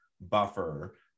buffer